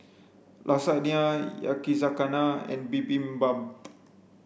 Lasagna Yakizakana and Bibimbap